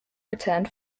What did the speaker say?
returned